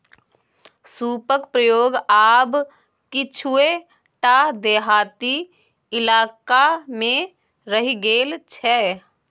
सूपक प्रयोग आब किछुए टा देहाती इलाकामे रहि गेल छै